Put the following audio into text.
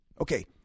okay